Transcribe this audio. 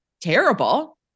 terrible